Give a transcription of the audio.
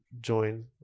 join